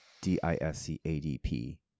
D-I-S-C-A-D-P